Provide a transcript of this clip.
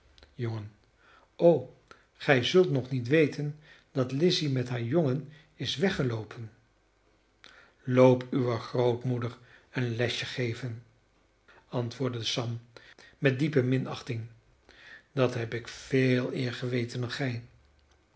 jongen o gij zult nog niet weten dat lizzy met haar jongen is weggeloopen loop uwe grootmoeder een lesje geven antwoordde sam met diepe minachting dat heb ik veel eer geweten dan gij